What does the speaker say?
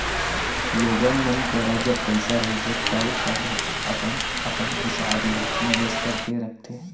लोगन मन करा जब पइसा रहिथे तव सब अपन अपन हिसाब ले निवेस करके रखथे